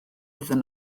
iddyn